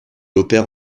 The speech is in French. opère